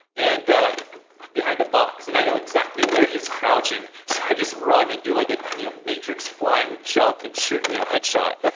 and behind a box, and i know exactly where he's crouching, so i just run and do like a matrix flying jump and shoot him you know head shot,